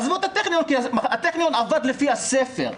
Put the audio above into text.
כי הטכניון עבד לפי הספר,